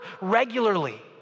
regularly